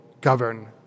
govern